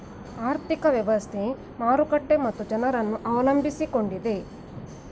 ಆರ್ಥಿಕ ವ್ಯವಸ್ಥೆ, ಮಾರುಕಟ್ಟೆ ಮತ್ತು ಜನರನ್ನು ಅವಲಂಬಿಸಿಕೊಂಡಿದೆ